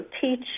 teach